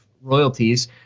royalties